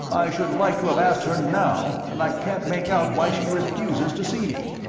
i should like to have asked her now, and i can't make out why she refuses to see me.